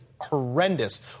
horrendous